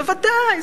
ודאי.